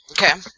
Okay